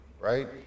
right